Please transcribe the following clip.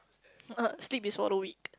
sleep is for the weak